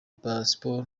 pasiporo